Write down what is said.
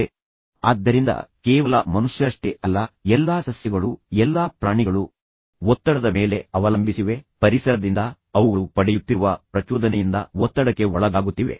ಆದ್ದರಿಂದ ನೀವು ಆ ರೀತಿಯಲ್ಲಿ ನೋಡಿದರೆ ಅದು ಕೇವಲ ಮನುಷ್ಯರಷ್ಟೇ ಅಲ್ಲ ಎಲ್ಲಾ ಸಸ್ಯಗಳು ಎಲ್ಲಾ ಪ್ರಾಣಿಗಳು ಒತ್ತಡದ ಮೇಲೆ ಅವಲಂಬಿಸಿವೆ ಪರಿಸರದಿಂದ ಅವುಗಳು ಪಡೆಯುತ್ತಿರುವ ಪ್ರಚೋದನೆಯಿಂದ ಒತ್ತಡಕ್ಕೆ ಒಳಗಾಗುತ್ತಿವೆ